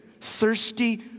thirsty